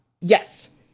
Yes